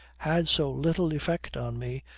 had so little effect on me,